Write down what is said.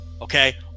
okay